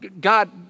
God